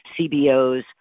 CBOs